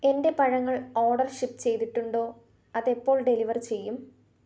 എന്റെ പഴങ്ങൾ order ship ചെയ്തിട്ടുണ്ടോ അത് എപ്പോൾ ഡെലിവറി ചെയ്യും